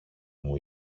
μου